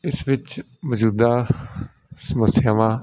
ਇਸ ਵਿੱਚ ਮੌਜੂਦਾ ਸਮੱਸਿਆਵਾਂ